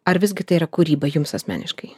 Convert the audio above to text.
ar visgi tai yra kūryba jums asmeniškai